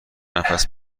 نفس